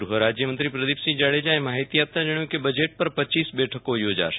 ગ્રહ રાજ્યમંત્રી પ્રદિપસિંહ જાડેજાએ માહિતી આપતા જણાવ્વવ કે બજેટ પર રપ બેઠકો યોજાશે